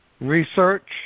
research